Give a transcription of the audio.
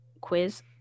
quiz